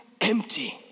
empty